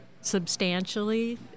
substantially